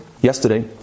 yesterday